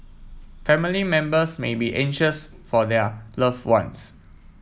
family members may be anxious for their loved ones